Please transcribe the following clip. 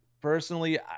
personally